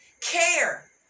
care